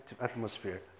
atmosphere